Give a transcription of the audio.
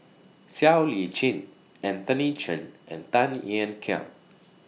Siow Lee Chin Anthony Chen and Tan Ean Kiam